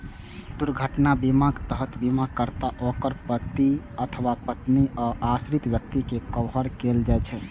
दुर्घटना बीमाक तहत बीमाकर्ता, ओकर पति अथवा पत्नी आ आश्रित व्यक्ति कें कवर कैल जाइ छै